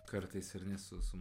kartais ar ne su su